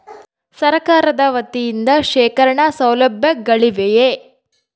ಸರಕಾರದ ವತಿಯಿಂದ ಶೇಖರಣ ಸೌಲಭ್ಯಗಳಿವೆಯೇ?